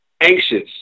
anxious